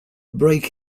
break